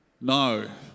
No